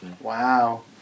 Wow